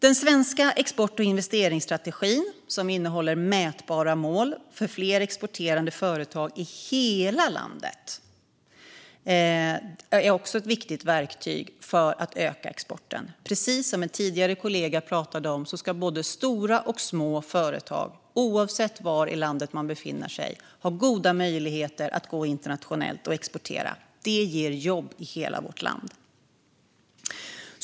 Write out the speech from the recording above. Den svenska export och investeringsstrategin för fler exporterande företag i hela landet, som innehåller mätbara mål, är också ett viktigt verktyg för att öka exporten. Precis som en kollega pratade om tidigare ska både stora och små företag, oavsett var i landet de befinner sig, ha goda möjligheter att bli internationella och exportera. Det ger jobb i hela vårt land.